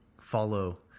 follow